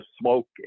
smoke